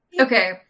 Okay